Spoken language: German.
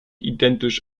identisch